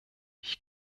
ich